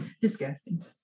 Disgusting